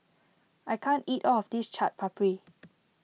I can't eat all of this Chaat Papri